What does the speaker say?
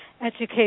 education